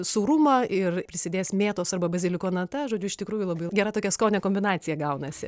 sūrumą ir prisidės mėtos arba baziliko nata žodžiu iš tikrųjų labai gera tokia skonių kombinacija gaunasi